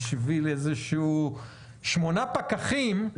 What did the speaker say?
בשביל שמונה פקחים,